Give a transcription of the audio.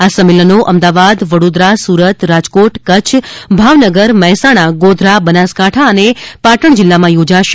આ સંમેલનો અમદાવાદ વડોદરા સુરત રાજકોટ કચ્છ ભાવનગર મહેસાણા ગોધરા બનાસકાંઠા અને પાટણ જિલ્લામાં યોજાશે